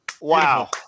Wow